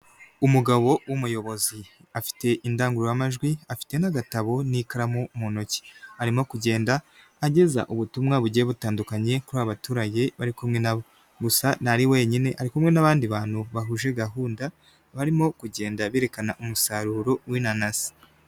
Umugabo w'umuyobozi afite indangururamajwi afite n'agatabo n'ikaramu mu ntoki arimo kugenda ageza ubutumwa bugiye butandukanye kuri aba baturage bari kumwe na bo gusa ntari wenyine ari kumwe n'abandi bantu bahuje gahunda barimo kugenda berekana umusaruro w'inanasi.